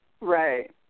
Right